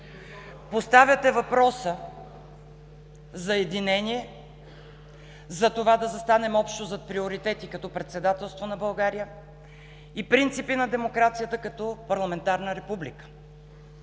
Поставяте въпроса за единение, за това да застанем общо зад приоритети, като председателството на България и принципите на демокрацията като парламентарна република.